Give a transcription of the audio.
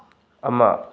ꯑꯃ